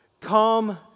Come